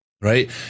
right